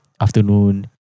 afternoon